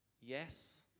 Yes